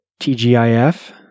TGIF